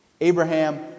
Abraham